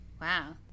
wow